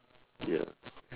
ya